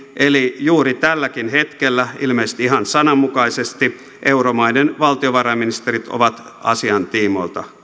eli juuri tälläkin hetkellä ilmeisesti ihan sananmukaisesti euromaiden valtiovarainministerit ovat asian tiimoilta